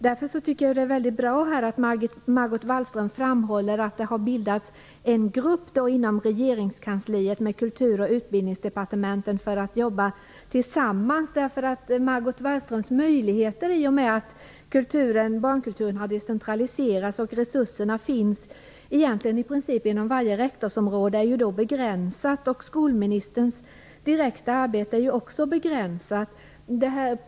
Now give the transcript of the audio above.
Därför tycker jag att det är mycket bra att Margot Wallström framhåller att det har bildats en grupp inom regeringskansliet där Kultur och Utbildningsdepartementen skall jobba tillsammans. I och med att barnkulturen har decentraliserats och resurserna i princip finns inom varje rektorsområde, har Margot Wallströms möjligheter blivit begränsade. Skolministerns direkta arbete är också begränsat.